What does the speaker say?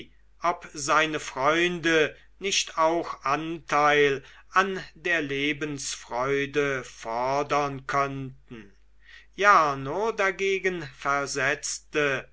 ob seine freunde nicht auch anteil an der lebensfreude fordern könnten jarno dagegen versetzte